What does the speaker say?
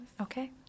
okay